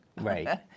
Right